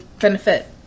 benefit